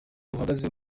ruhagaze